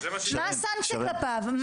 מה הסנקציה כלפיו?